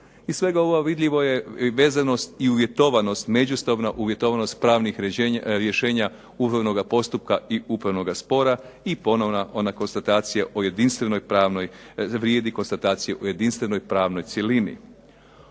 Iz svega ovoga vidljivo je vezanost i uvjetovanost, međuustavna uvjetovanost pravnih rješenja upravnoga postupka i upravnoga spora i ponovna ona konstatacija o jedinstvenoj pravnoj, vrijedi